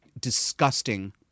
disgusting